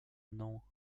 mną